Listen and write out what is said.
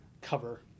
cover